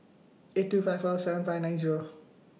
eight two five four seven five nine Zero